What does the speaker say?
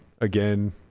again